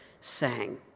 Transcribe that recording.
sang